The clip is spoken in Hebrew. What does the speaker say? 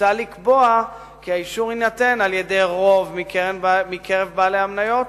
מוצע לקבוע כי האישור יינתן על-ידי רוב מקרב בעלי מניות